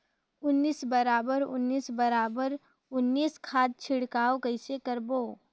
उन्नीस बराबर उन्नीस बराबर उन्नीस खाद छिड़काव कइसे करबो?